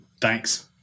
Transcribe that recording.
thanks